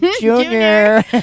junior